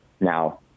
Now